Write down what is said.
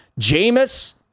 Jameis